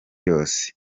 yose